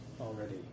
already